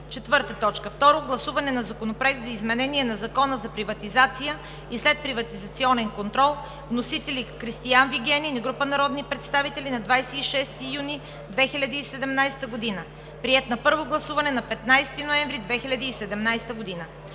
2017 г. 4. Второ гласуване на Законопроекта за изменение на Закона за приватизация и следприватизационен контрол. Вносители са Кристиан Вигенин и група народни представители на 22 юни 2017 г. Приет на първо гласуване на 15 декември 2017 г.